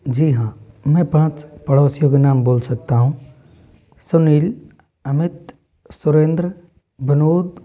जी हाँ मैं पाँच पड़ोसियों के नाम बोल सकता हूँ सुनील अमित सुरेंद्र विनोद